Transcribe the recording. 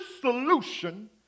solution